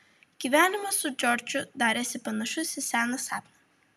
gyvenimas su džordžu darėsi panašus į seną sapną